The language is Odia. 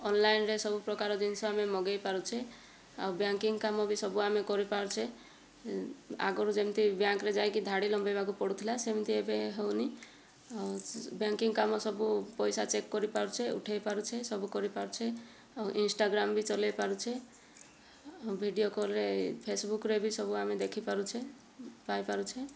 ଅନଲାଇନ୍ରେ ସବୁ ପ୍ରକାର ଜିନିଷ ଆମେ ମଗାଇପାରୁଛେ ଆଉ ବ୍ୟାଙ୍କିଂ କାମ ବି ସବୁ ଆମେ କରିପାରୁଛେ ଆଗରୁ ଯେମିତି ବ୍ୟାଙ୍କ୍ରେ ଯାଇକି ଧାଡ଼ି ଲମ୍ବାଇବାକୁ ପଡ଼ୁଥିଲା ସେମତି ଏବେ ହେଉନାହିଁ ଆଉ ବ୍ୟାଙ୍କିଂ କାମ ସବୁ ପଇସା ଚେକ୍ କରିପାରୁଛେ ଉଠାଇପାରୁଛେ ସବୁ କରିପାରୁଛେ ଆଉ ଇନ୍ଷ୍ଟାଗ୍ରାମ ବି ଚଳାଇପାରୁଛେ ଭିଡିଓ କଲ୍ରେ ଫେସବୁକ୍ରେ ବି ସବୁ ଆମେ ଦେଖିପାରୁଛେ ପାଇପାରୁଛେ